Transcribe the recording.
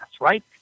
right